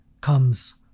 comes